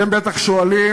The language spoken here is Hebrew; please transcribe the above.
אתם בטח שואלים: